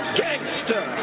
gangster